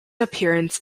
appearance